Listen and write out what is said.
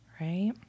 Right